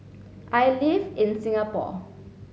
I live in Singapore